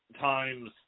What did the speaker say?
times